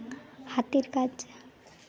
ᱦᱟᱛᱮᱨ ᱠᱟᱡᱽ